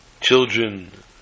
children